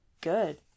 good